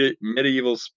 medieval